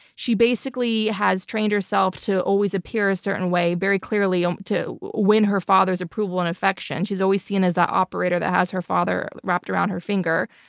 she basically has trained herself to always appear a certain way, very clearly um to win her father's approval and affection. she's always seen as the operator that has her father wrapped around her finger.